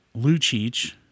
Lucic